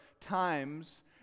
times